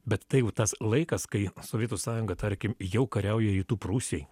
bet tai jau tas laikas kai sovietų sąjunga tarkim jau kariauja rytų prūsijoj